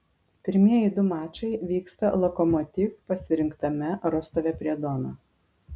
pirmieji du mačai vyksta lokomotiv pasirinktame rostove prie dono